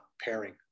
pairing